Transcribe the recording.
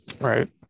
Right